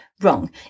wrong